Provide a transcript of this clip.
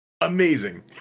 Amazing